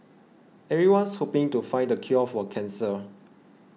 everyone's hoping to find the cure for cancer